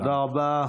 תודה רבה.